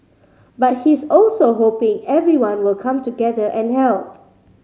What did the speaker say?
but he's also hoping everyone will come together and help